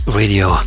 radio